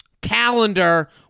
calendar